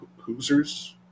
Hoosers